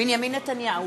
בנימין נתניהו,